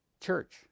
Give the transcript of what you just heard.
church